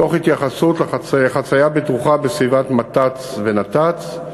תוך התייחסות לחצייה בטוחה בסביבת מת"צ ונת"צ,